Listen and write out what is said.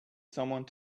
someone